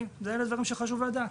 זה דברים שחשוב לדעת.